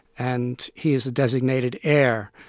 and he is the designated heir.